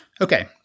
Okay